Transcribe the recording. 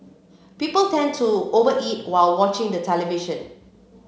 people tend to over eat while watching the television